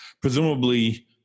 Presumably